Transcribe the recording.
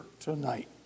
tonight